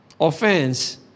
offense